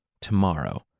Tomorrow